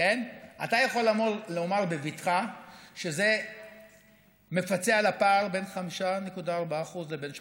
אתה יכול לומר בבטחה שזה מפצה על הפער בין 5.4% לבין 8%?